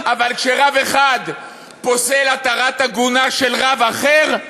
אבל כשרב אחד פוסל התרת עגונה של רב אחר,